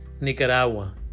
Nicaragua